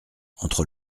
entre